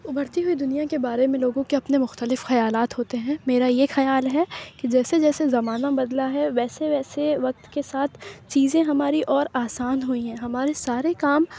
اُبھرتی ہوئی دُنیا کے بارے میں لوگوں کے اپنے مختلف خیالات ہوتے ہیں میرا یہ خیال ہے کہ جیسے جیسے زمانہ بدلا ہے ویسے ویسے وقت کے ساتھ چیزیں ہماری اور آسان ہوئی ہیں ہمارے سارے کام